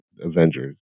Avengers